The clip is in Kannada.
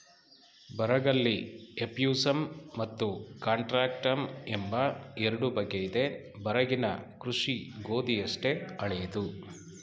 ಬರಗಲ್ಲಿ ಎಫ್ಯೂಸಮ್ ಮತ್ತು ಕಾಂಟ್ರಾಕ್ಟಮ್ ಎಂಬ ಎರಡು ಬಗೆಯಿದೆ ಬರಗಿನ ಕೃಷಿ ಗೋಧಿಯಷ್ಟೇ ಹಳೇದು